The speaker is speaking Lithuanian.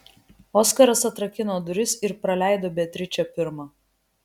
oskaras atrakino duris ir praleido beatričę pirmą